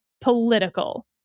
political